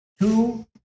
two